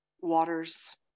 waters